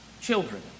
children